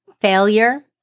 Failure